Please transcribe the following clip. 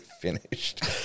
finished